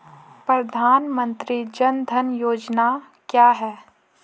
प्रधानमंत्री जन धन योजना क्या है?